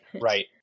Right